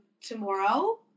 tomorrow